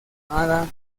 llamada